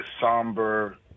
somber